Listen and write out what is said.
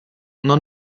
non